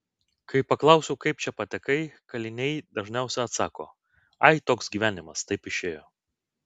kai paklausiu kaip čia patekai kaliniai dažnai atsako ai toks gyvenimas taip išėjo